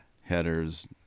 headers